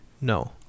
No